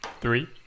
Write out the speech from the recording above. Three